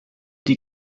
die